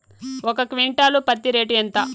ఒక క్వింటాలు పత్తి రేటు ఎంత?